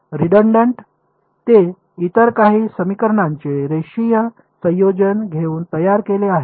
redundant ते इतर काही समीकरणांचे रेषीय संयोजन घेऊन तयार केले आहेत